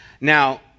Now